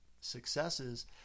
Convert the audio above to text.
successes